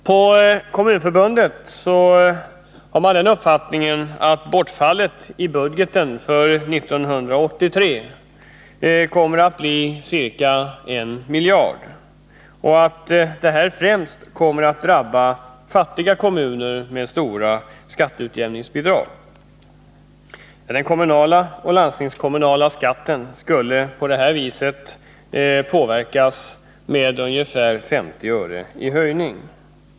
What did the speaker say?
På Kommunförbundet har man den uppfattningen att bortfallet i budgeten för 1983 kommer att bli ca 1 miljard kronor och att detta främst kommer att drabba fattiga kommuner med stora skatteutjämningsbidrag. Den kommunala och landstingskommunala skatten skulle på detta sätt behöva höjas med 50 öre.